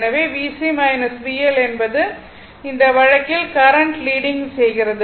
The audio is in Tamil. எனவே VC VL என்பது இந்த வழக்கில் தரண்ட் லீடிங் செய்கிறது